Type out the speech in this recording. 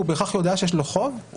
הוא בהכרח יודע שיש לו חוב?